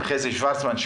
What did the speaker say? עם חזי שוורצמן,